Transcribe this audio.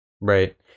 Right